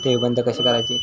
ठेव बंद कशी करायची?